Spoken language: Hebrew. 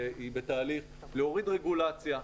היא בתהליך להוריד רגולציה,